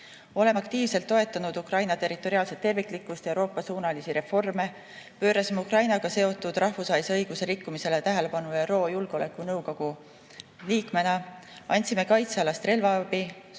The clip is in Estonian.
Oleme aktiivselt toetanud Ukraina territoriaalset terviklikkust ja Euroopa-suunalisi reforme, pöörasime Ukrainaga seotud rahvusvahelise õiguse rikkumisele tähelepanu ka ÜRO Julgeolekunõukogu liikmena. Andsime kaitsealast relvaabi, suhtlesime